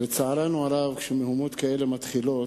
ולצערנו הרב, כשמהומות כאלה מתחילות,